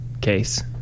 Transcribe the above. case